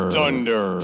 Thunder